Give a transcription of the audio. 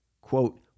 quote